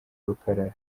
rukarara